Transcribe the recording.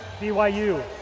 BYU